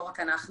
לא רק אנחנו,